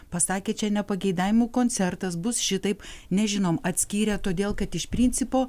pasakė čia ne pageidavimų koncertas bus šitaip nežinom atskyrė todėl kad iš principo